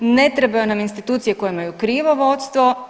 Ne trebaju nam institucije koje imaju krivo vodstvo.